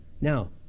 now